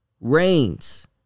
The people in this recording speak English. rains